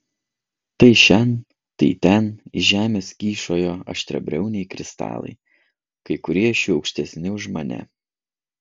tai šen tai ten iš žemės kyšojo aštriabriauniai kristalai kai kurie iš jų aukštesni už mane